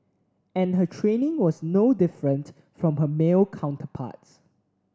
and her training was no different from her male counterparts